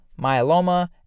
myeloma